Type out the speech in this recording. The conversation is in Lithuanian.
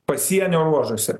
pasienio ruožuose